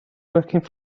working